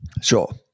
Sure